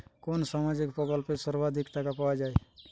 কোন সামাজিক প্রকল্পে সর্বাধিক টাকা পাওয়া য়ায়?